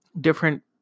different